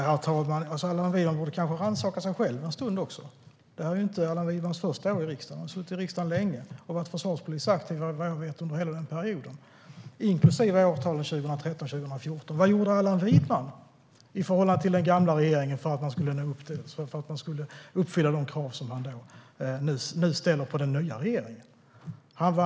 Herr talman! Allan Widman borde kanske rannsaka sig själv en stund. Det här är ju inte Allan Widmans första år i riksdagen. Han har suttit i riksdagen länge och varit försvarspolitiskt aktiv under - mig veterligen - hela den perioden, inklusive åren 2013 och 2014. Vad gjorde Allan Widman i förhållande till den gamla regeringen för att man skulle uppfylla de krav som man nu ställer på den nya regeringen?